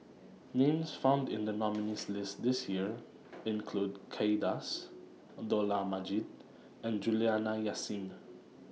Names found in The nominees' list This Year include Kay Das Dollah Majid and Juliana Yasin